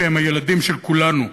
שהם הילדים של כולנו.